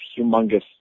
humongous